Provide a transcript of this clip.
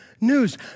news